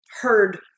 heard